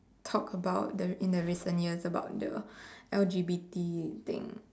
talked about the in the recent years about the L_G_B_T thing